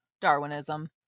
Darwinism